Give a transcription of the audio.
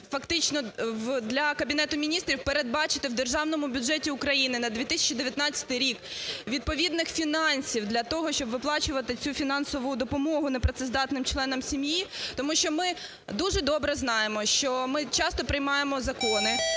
фактично для Кабінету Міністрів передбачити в Державному бюджеті України на 2019 рік відповідних фінансів для того, щоб виплачувати цю фінансову допомогу непрацездатним членам сім'ї. Тому що ми дуже добре знаємо, що ми часто приймаємо закони,